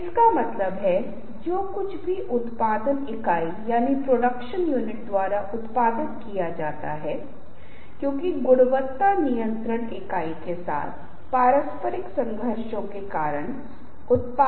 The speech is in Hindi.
लेकिन इस प्रक्रिया में लोगों को लगता है कि वे देखे जा रहे हैं आप उनके साथ संवाद कर रहे हैं आप उनसे संपर्क स्थापित कर रहे हैं और एक प्रस्तुति में यह बहुत महत्वपूर्ण है क्योंकि दर्शकों का ध्यान रखा जाना चाहिए